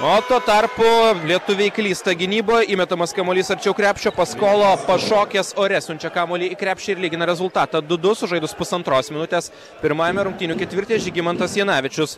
o tuo tarpu lietuviai klysta gynyboj įmetamas kamuolys arčiau krepšio pas kolo pašokęs ore siunčia kamuolį į krepšį ir lygina rezultatą du du sužaidus pusantros minutes pirmajame rungtynių ketvirtyje žygimantas janavičius